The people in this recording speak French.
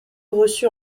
reçu